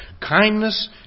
kindness